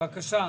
בבקשה.